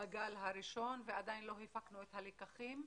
בגל הראשון ועדין לא הפקנו את הלקחים.